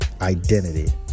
Identity